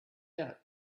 out